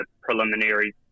preliminary